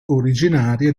originaria